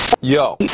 Yo